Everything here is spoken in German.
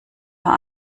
vor